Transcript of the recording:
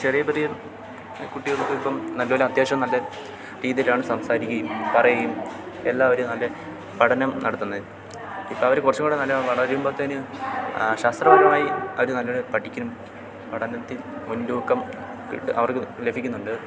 ചെറിയ പെരിയ കുട്ടികൾ ഇപ്പം നല്ലതു പോലെ അത്യാവശ്യം നല്ല രീതിയിലാണ് സംസാരിക്കുകയും പറയുകയും എല്ലാവരും നല്ല പഠനം നടത്തുന്നത് ഇപ്പം അവർ കുറച്ചും കൂടി നല്ല വളരുമ്പോഴത്തേന് ശാസ്ത്രപരമായി അവർ നല്ലതു പോലെ പഠിക്കുകയും പഠനത്തിൽ മുൻതൂക്കം കിട്ടുക അവർക്ക് ലഭിക്കുന്നുണ്ട്